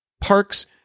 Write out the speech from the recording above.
parks